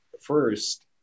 First